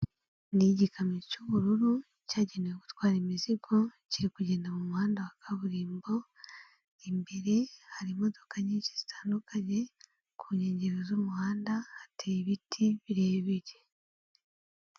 Ni igikamyo cy'ubururu cyagenewe gutwara imizigo, kiri kugenda mu muhanda wa kaburimbo; imbere hari imodoka nyinshi zitandukanye, ku nkengero z'umuhanda hateye ibiti birebire.